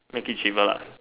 make it cheaper lah